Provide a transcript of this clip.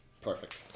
Perfect